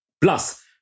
Plus